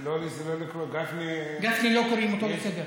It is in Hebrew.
לא לקרוא: גפני, את גפני לא קוראים לסדר.